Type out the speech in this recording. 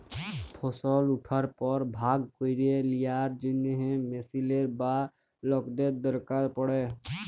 ফসল উঠার পর ভাগ ক্যইরে লিয়ার জ্যনহে মেশিলের বা লকদের দরকার পড়ে